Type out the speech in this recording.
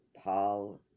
Paul